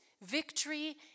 Victory